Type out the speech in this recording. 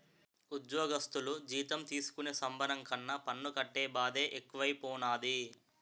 ఉజ్జోగస్థులు జీతం తీసుకునే సంబరం కన్నా పన్ను కట్టే బాదే ఎక్కువైపోనాది